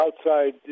outside